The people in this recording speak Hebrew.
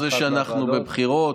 לאור זה שאנחנו בבחירות,